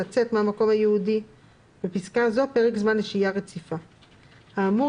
לצאת מהמקום הייעודי (בפסקה זו פרק זמן לשהייה רציפה); האמור